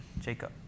Jacob